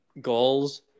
goals